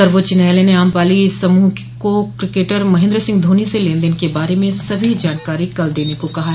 सर्वोच्च न्यायालय ने आम्रपाली समूह को क्रिकेटर महेन्द्र सिंह धोनी से लेन देन के बारे में सभी जानकारी कल देने को कहा है